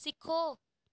सिक्खो